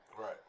Right